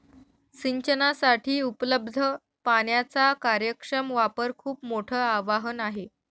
सिंचनासाठी उपलब्ध पाण्याचा कार्यक्षम वापर खूप मोठं आवाहन आहे